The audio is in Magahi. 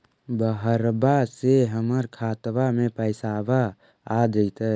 बहरबा से हमर खातबा में पैसाबा आ जैतय?